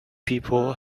people